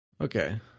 Okay